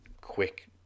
quick